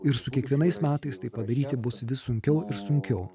ir su kiekvienais metais tai padaryti bus vis sunkiau ir sunkiau